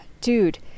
dude